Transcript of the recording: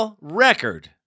record